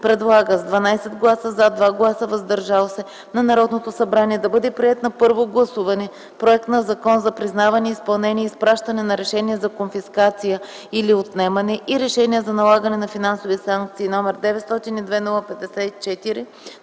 предлага с 12 гласа „за”, 2 гласа „въздържали се” на Народното събрание да бъде приет на първо гласуване Законопроект за признаване, изпълнение и изпращане на решения за конфискация или отнемане и решения за налагане на финансови санкции, № 902-01-54,